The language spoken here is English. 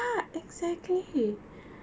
it's uh